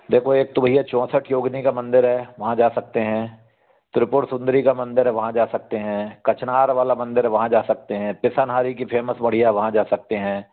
देखो एक तो भैया चौंसठ योगिनी का मंदिर है वहाँ जा सकते हैं त्रिपुर सुंदरी का मंदिर है वहाँ जा सकते हैं कचनार वाला मंदिर है वहाँ जा सकते हैं पिसनहारी की फेमस मढ़िया है वहाँ जा सकते हैं